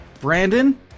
Brandon